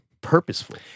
purposeful